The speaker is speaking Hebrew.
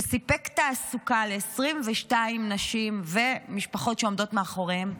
שסיפק תעסוקה ל-22 נשים ומשפחות שעומדות מאחוריהן,